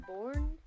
born